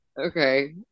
Okay